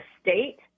state